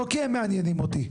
לא כי הם מעניינים אותי,